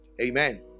Amen